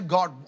God